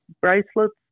bracelets